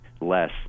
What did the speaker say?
less